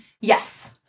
Yes